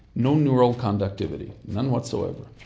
no neural conductivity, none whatsoever.